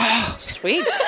Sweet